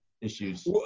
issues